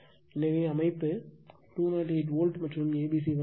எனவே அமைப்பு 208 வோல்ட் மற்றும் A B C வரிசை